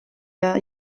der